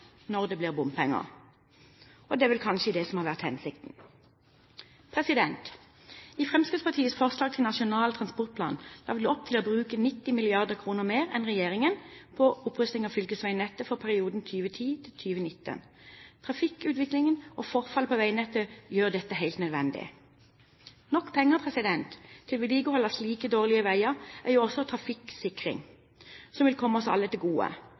når det blir bompenger – og det er vel kanskje det som har vært hensikten. I Fremskrittspartiets forslag til Nasjonal transportplan la vi opp til å bruke 90 mrd. kr mer enn regjeringen på opprusting av fylkesveinettet for perioden 2010–2019. Trafikkutviklingen og forfallet på veinettet gjør dette helt nødvendig. Nok penger til vedlikehold av slike dårlige veier er også trafikksikring som vil komme oss alle til gode.